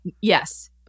yes